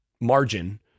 margin